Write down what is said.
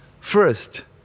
First